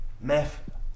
meth